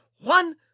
One